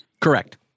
Correct